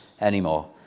anymore